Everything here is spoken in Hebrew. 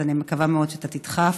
אז אני מקווה מאוד שאתה תדחוף,